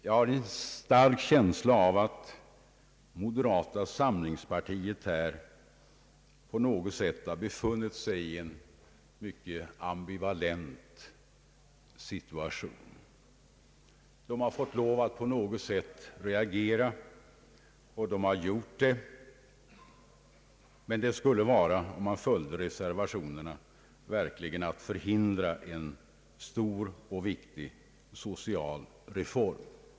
Jag har en stark känsla av att moderata samlingspartiet här på något sätt befunnit sig i en mycket ambivalent situation. Partiets representanter har sett sig nödsakade att reagera på något vis, och de har gjort det, men om riksdagen följer reservationerna så skulle den förhindra en viktig social reform.